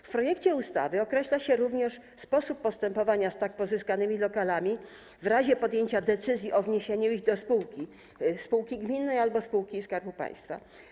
W projekcie ustawy określa się również sposób postępowania z tak pozyskanymi lokalami w razie podjęcia decyzji o wniesieniu ich do spółki - spółki gminnej albo spółki Skarbu Państwa.